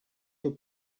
your